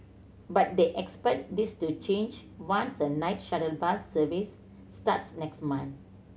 but they expect this to change once a night shuttle bus service starts next month